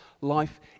life